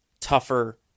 tougher